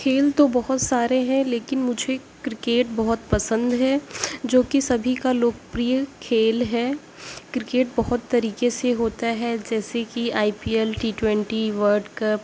کھیل تو بہت سارے ہیں لیکن مجھے کرکٹ بہت پسند ہے جو کہ سبھی کا لوکپریہ کھیل ہے کرکٹ بہت طریقے سے ہوتا ہے جیسے کہ I P L T twenty world cup